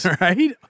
Right